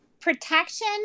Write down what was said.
Protection